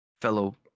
fellow